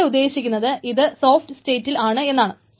ഇവിടെ ഉദ്ദേശിക്കുന്നത് ഇത് സോഫ്റ്റ് സ്റ്റേറ്റിൽ ആണ് എന്നാണ്